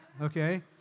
okay